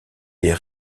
des